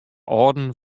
âlden